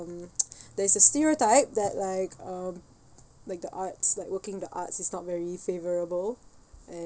there is a stereotype that like um like the arts like working the arts is not very favourable and